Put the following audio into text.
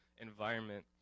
environment